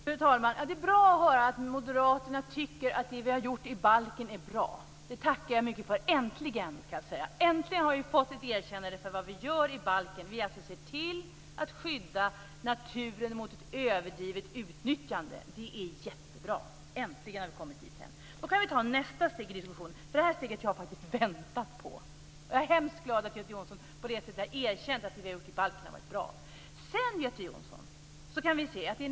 Fru talman! Det är bra att höra att moderaterna tycker att det vi har gjort i balken är bra. Det tackar jag mycket för. Äntligen har vi fått ett erkännande för vad vi gör i balken. Vi ser till att skydda naturen mot ett överdrivet utnyttjande. Det är jättebra. Äntligen har vi kommit dithän. Då kan vi ta nästa steg i diskussionen. Det här steget har jag faktiskt väntat på. Jag är hemskt glad över att Göte Jonsson på det sättet har erkänt att det som vi har gjort i balken har varit bra. Göte Jonsson!